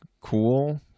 cool